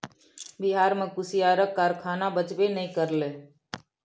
बिहार मे कुसियारक कारखाना बचबे नै करलै